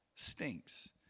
stinks